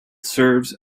serves